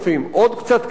עוד קצת כסף,